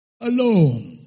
alone